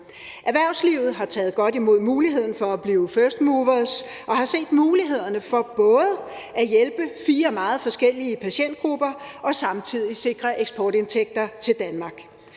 Erhvervslivet har taget godt imod muligheden for at blive firstmovers og har set mulighederne for både at hjælpe fire meget forskellige patientgrupper og samtidig sikre eksportindtægter til Danmark.